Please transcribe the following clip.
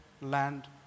land